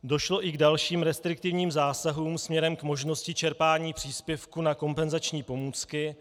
Došlo i k dalším restriktivním zásahům směrem k možnosti čerpání příspěvku na kompenzační pomůcky.